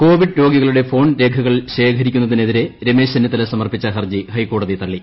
Covid രോഗികളുടെ phone രേഖകൾ ശേഖരിക്കുന്നതിനെതിരെ രമേശ്ചെന്നിത്തല സമർപ്പിച്ച ഹർജി ഹൈക്കോടതി തള്ളി